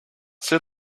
still